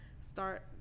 start